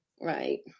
right